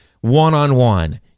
one-on-one